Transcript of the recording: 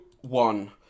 one